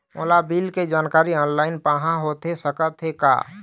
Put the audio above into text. मोला बिल के जानकारी ऑनलाइन पाहां होथे सकत हे का?